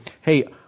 Hey